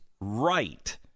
right